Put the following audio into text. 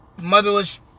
motherless